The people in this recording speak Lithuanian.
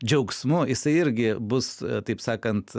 džiaugsmu jisai irgi bus taip sakant